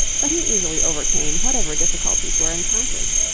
but he easily overcame whatever difficulties were encountered.